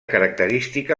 característica